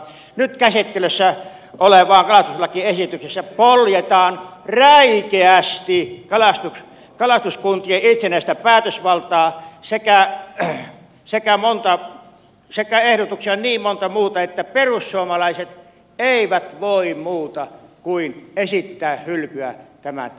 nyt käsittelyssä olevassa kalastuslakiesityksessä poljetaan räikeästi kalastuskuntien itsenäistä päätösvaltaa ja ehdotuksia on niin monta muuta että perussuomalaiset eivät voi muuta kuin esittää hylkyä tästä esityksestä